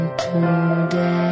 today